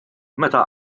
meta